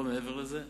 לא מעבר לזה,